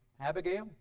Abigail